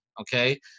Okay